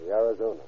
Arizona